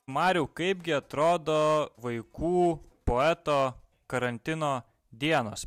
mariau kaipgi atrodo vaikų poeto karantino dienos